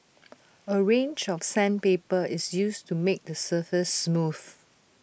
A range of sandpaper is used to make the surface smooth